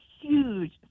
huge